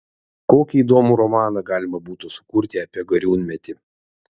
kokį įdomų romaną galima būtų sukurti apie gariūnmetį